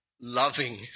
loving